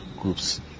groups